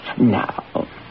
Now